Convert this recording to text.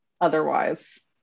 otherwise